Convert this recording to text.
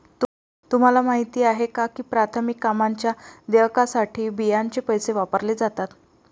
तुम्हाला माहिती आहे का की प्राथमिक कामांच्या देयकासाठी बियांचे पैसे वापरले जातात?